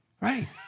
Right